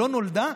שלא נולדה,